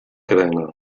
cadena